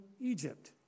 Egypt